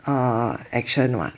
err action [what]